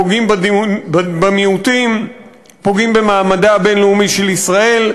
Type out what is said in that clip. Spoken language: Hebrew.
פוגעים במיעוטים ופוגעים במעמדה הבין-לאומי של ישראל,